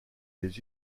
les